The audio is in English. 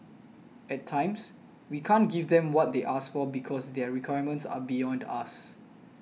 at times we can't give them what they ask for because their requirements are beyond us